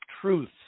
truth